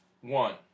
one